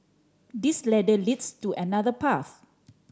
this ladder leads to another path